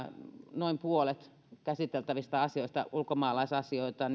noin puolet käsiteltävistä asioista ulkomaalaisasioita